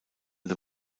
the